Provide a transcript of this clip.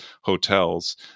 hotels